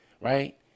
right